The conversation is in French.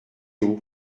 haut